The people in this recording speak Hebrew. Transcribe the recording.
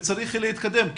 וצריך להתקדם,